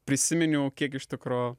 prisiminiau kiek iš tikro